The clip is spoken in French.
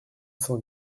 cent